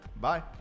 Bye